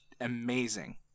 amazing